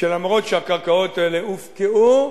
שלמרות שהקרקעות האלה הופקעו,